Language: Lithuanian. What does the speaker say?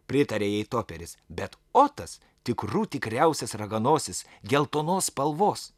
pritarė jai toperis bet otas tikrų tikriausias raganosis geltonos spalvos